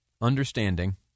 understanding